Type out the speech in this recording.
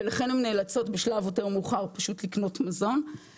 ולכן הן נאלצות בשלב יותר מאוחר פשוט לקנות מזון,